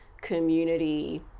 community